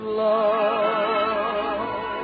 love